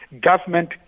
government